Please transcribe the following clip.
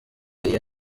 iyo